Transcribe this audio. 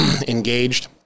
engaged